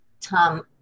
Tom